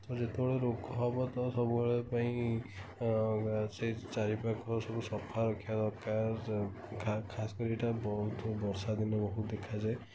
ଯେତେବେଳେ ରୋଗ ହବ ତ ସବୁବେଳ ପାଇଁ ସେ ଚାରି ପାଖ ସବୁ ସଫା ରଖିବା ଦରକାର ଖାସ୍ କରି ବହୁତ ବର୍ଷା ଦିନ ବହୁ ଦେଖାଯାଏ